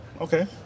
Okay